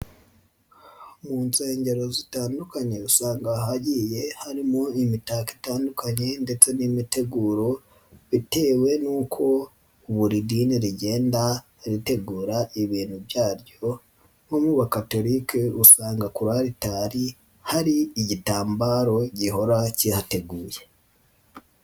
Mu nsengero zitandukanye usanga hagiye harimo n'imitako itandukanye ndetse n'imiteguro bitewe n'uko buri dini rigenda ritegura ibintu byaryo nko mu bakatorike usanga kuri alitari hari igitambaro gihora kihateguye.